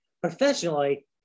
Professionally